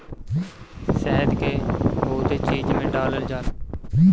शहद के बहुते चीज में डालल जाला